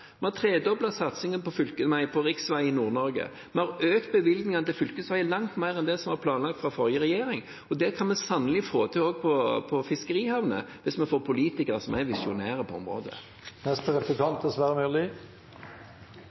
Vi har tredoblet satsingen på riksveier i Nord-Norge, og vi har økt bevilgningene til fylkesveiene langt mer enn det som var planlagt av forrige regjering. Det kan vi sannelig også få til når det gjelder fiskerihavner, hvis vi får politikere som er visjonære på området. Det var Bengt Rune Strifeldt fra Fremskrittspartiet som viste til at planlegging av fiskerihavner nå er